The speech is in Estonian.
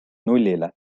nullile